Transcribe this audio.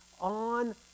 on